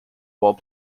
while